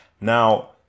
Now